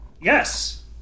Yes